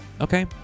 Okay